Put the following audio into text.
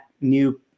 new